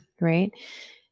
right